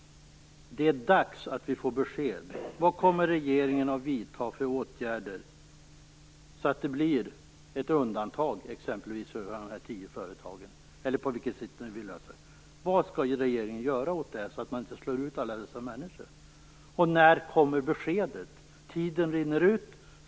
Det är dags att vi får besked nu: Vilka åtgärder kommer regeringen att vidta, så att det t.ex. blir ett undantag för de här tio företagen? Vad skall regeringen göra, så att alla dessa människor inte slås ut? Och när kommer beskedet? Tiden rinner i väg.